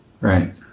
Right